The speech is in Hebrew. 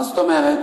מה זאת אומרת?